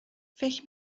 فکر